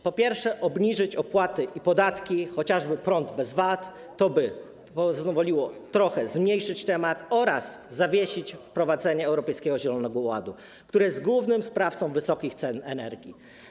Po pierwsze, obniżyć opłaty i podatki - chociażby prąd bez VAT - co pozwoliłoby trochę zmniejszyć problem, oraz zawiesić wprowadzenie Europejskiego Zielonego Ładu, który jest głównym sprawcą wysokich cen energii.